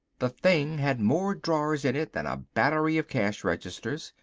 the thing had more drawers in it than a battery of cash registers.